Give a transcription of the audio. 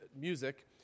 music